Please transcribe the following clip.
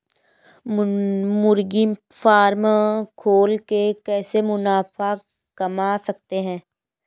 मुर्गी फार्म खोल के कैसे मुनाफा कमा सकते हैं?